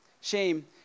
Shame